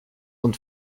und